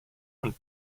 und